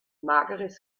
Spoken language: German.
mageres